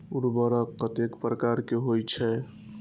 उर्वरक कतेक प्रकार के होई छै?